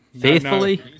Faithfully